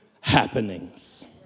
happenings